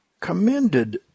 commended